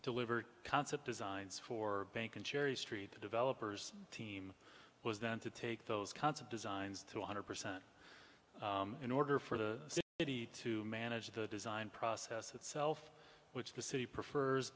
deliver concept designs for bank in cherry street the developers team was then to take those kinds of designs through one hundred percent in order for the city to manage the design process itself which the city prefers